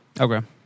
Okay